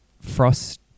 frost